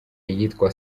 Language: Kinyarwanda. iyitwa